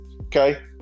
okay